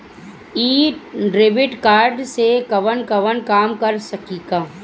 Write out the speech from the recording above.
इ debit card से कवन कवन काम कर सकिला?